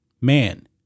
man